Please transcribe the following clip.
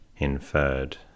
inferred